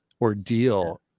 ordeal